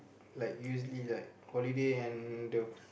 like usually like holiday and the